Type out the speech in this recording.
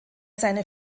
seine